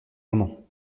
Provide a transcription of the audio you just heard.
moment